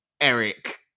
Eric